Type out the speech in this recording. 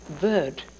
bird